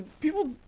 people